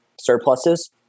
surpluses